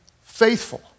faithful